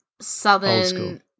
Southern